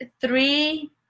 three